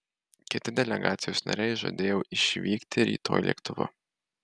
kiti delegacijos nariai žadėjo išvykti rytoj lėktuvu